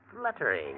fluttering